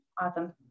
Awesome